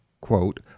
quote